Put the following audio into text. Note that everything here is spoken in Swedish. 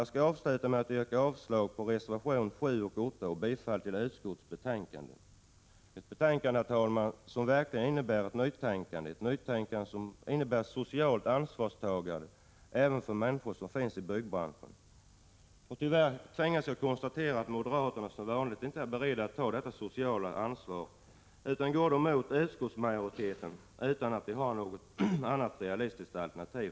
Jag skall avsluta med att yrka avslag på reservationerna 7 och 8 och bifall till utskottets hemställan. Förslagen i betänkandet innebär verkligen ett nytänkande om ett socialt ansvarstagande för de människor som i dag i finns byggbranschen. Tyvärr tvingas jag konstatera att moderaterna som vanligt inte är beredda att ta detta sociala ansvar utan går emot utskottsmajoriteten utan att de har något annat realistiskt alternativ.